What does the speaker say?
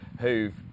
who've